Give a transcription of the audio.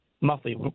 monthly